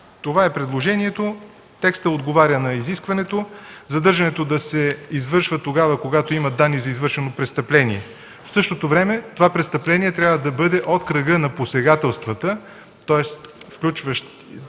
Това е предложението, текстът отговаря на изискването задържането да се извършва, когато има данни за извършено престъпление. В същото време това престъпление трябва да бъде от кръга на посегателствата, тоест включващ